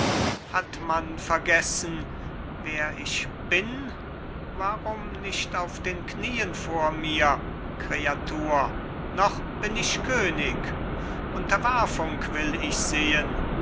hat man vergessen wer ich bin warum nicht auf den knien vor mir kreatur noch bin ich könig unterwerfung will ich sehen